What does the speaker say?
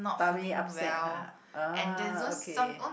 tummy upset !huh! oh okay